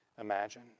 imagine